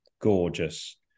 gorgeous